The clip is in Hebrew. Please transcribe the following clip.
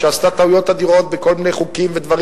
שעשתה טעויות אדירות בכל מיני חוקים ודברים